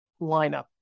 lineup